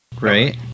right